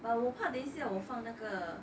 but 我怕等一下我放那个